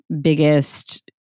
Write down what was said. biggest